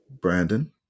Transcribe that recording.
Brandon